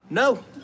No